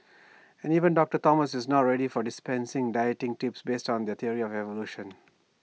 and even doctor Thomas is not ready to dispense dieting tips based on this theory of evolution